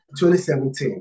2017